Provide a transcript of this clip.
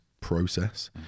process